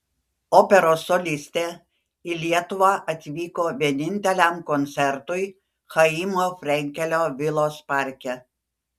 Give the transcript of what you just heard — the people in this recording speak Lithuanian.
operos solistė į lietuvą atvyko vieninteliam koncertui chaimo frenkelio vilos parke